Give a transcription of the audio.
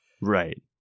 Right